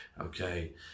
okay